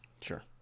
Sure